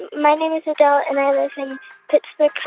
my name is miguel, and i live in pittsburgh,